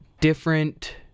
different